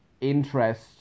interest